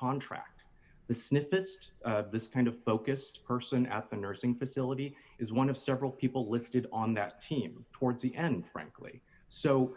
contract the sniff this this kind of focused person at the nursing facility is one of several people listed on that team towards the end frankly so